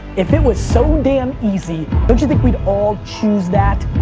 if it was so damn easy, don't you think we'd all choose that?